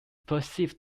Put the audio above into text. perceived